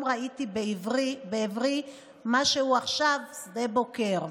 ראיתי בעוברי מה שהוא עכשיו שדה בוקר.